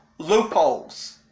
Loopholes